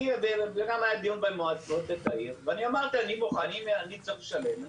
היה דיון במועצת העיר ואני אמרתי שאם אני צריך לשלם,